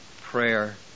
prayer